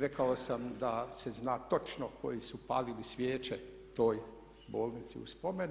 Rekao sam da se zna točno koji su palili svijeće toj bolnici u spomen